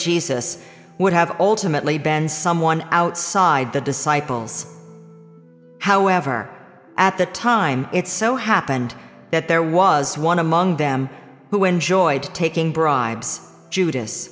jesus would have ultimately been someone outside the disciples however at the time it so happened that there was one among them who enjoyed taking bribes jud